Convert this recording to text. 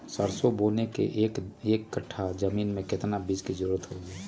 सरसो बोने के एक कट्ठा जमीन में कितने बीज की जरूरत होंगी?